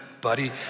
buddy